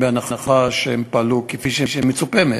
בהנחה שהם פעלו כפי שמצופה מהם,